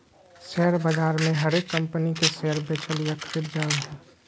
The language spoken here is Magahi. शेयर बाजार मे हरेक कम्पनी के शेयर बेचल या खरीदल जा हय